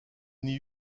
n’y